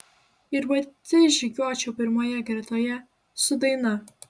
ir pati žygiuočiau pirmoje gretoje su daina